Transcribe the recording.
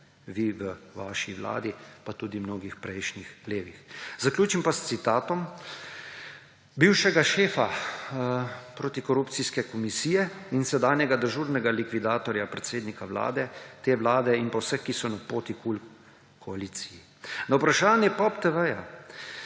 vi v svoji vladi, pa tudi v mnogih prejšnjih levih. Zaključim pa s citatom bivšega šefa protikorupcijske komisije in sedanjega dežurnega likvidatorja predsednika te vlade in vseh, ki so napoti KUL koaliciji. Na vprašanje POP TV